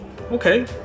Okay